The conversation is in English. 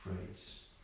phrase